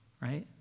right